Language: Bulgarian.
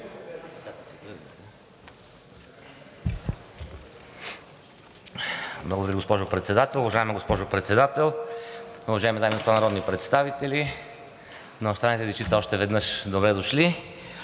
госпожо Председател. Уважаема госпожо Председател, уважаеми дами и господа народни представители! На останалите дечица още веднъж: добре дошли!